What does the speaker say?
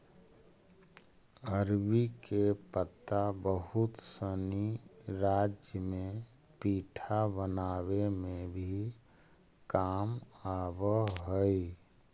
अरबी के पत्ता बहुत सनी राज्य में पीठा बनावे में भी काम आवऽ हई